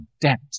debt